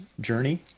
journey